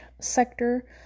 sector